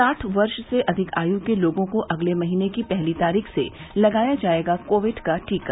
साठ वर्ष से अधिक आयु के लोगों को अगले महीने की पहली तारीख से लगाया जायेगा कोविड का टीका